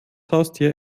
haustier